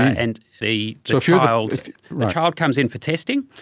and the so child. the child comes in for testing,